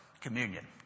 communion